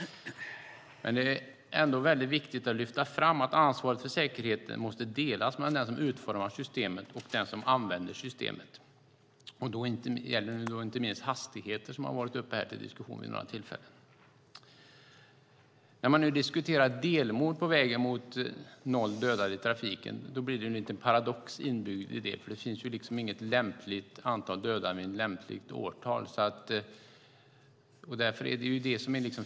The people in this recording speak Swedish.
Men det är ändå väldigt viktigt att lyfta fram att ansvaret för säkerheten måste delas mellan den som utformar systemet och den som använder systemet. Det gäller inte minst hastigheterna, som har diskuterats här vid några tillfällen. När man diskuterar delmål på vägen mot inga dödade i trafiken finns det en liten paradox inbyggd, för det finns liksom inte något lämpligt antal dödade ett lämpligt årtal.